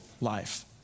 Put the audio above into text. life